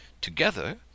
Together